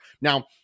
Now